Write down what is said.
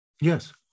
yes